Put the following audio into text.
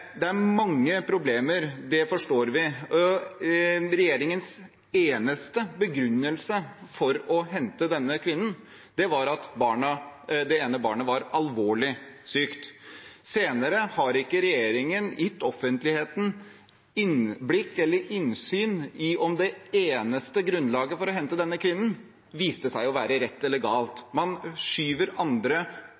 Det er mange problemer, det forstår vi. Regjeringens eneste begrunnelse for å hente denne kvinnen var at det ene barnet var alvorlig sykt. Senere har ikke regjeringen gitt offentligheten innblikk eller innsyn i om det eneste grunnlaget for å hente denne kvinnen viste seg å være rett eller galt.